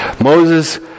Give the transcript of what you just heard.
Moses